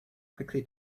quickly